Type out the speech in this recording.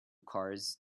cars